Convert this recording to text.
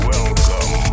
Welcome